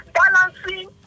balancing